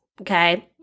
okay